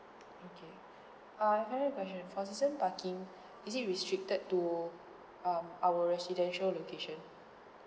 okay uh I've another question for season parking is it restricted to um our residential location